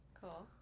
Cool